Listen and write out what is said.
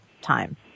time